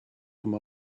come